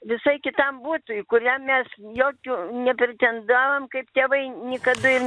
visai kitam butui kuriam mes jokių nepretendavom kaip tėvai nikada ir